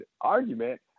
argument